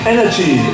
Energy